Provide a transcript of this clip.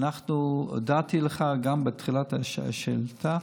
הודעתי לך גם בתחילת השאילתה: